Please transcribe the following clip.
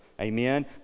Amen